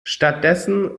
stattdessen